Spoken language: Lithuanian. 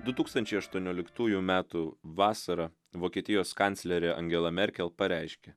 du tūkstančiai aštuonioliktųjų metų vasarą vokietijos kanclerė angela merkel pareiškė